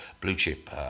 blue-chip